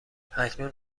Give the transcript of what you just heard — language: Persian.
اکنون